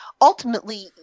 ultimately